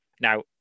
Now